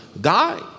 die